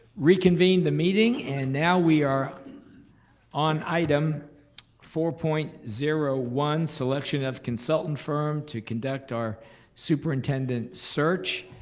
reconvene the meeting. and now we are on item four point zero one, selection of consultant firm to conduct our superintendent search.